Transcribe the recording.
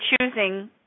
choosing